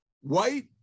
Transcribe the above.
white